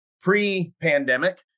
pre-pandemic